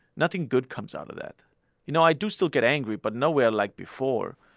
nothing good comes out of that you know i do still get angry, but nowhere like before.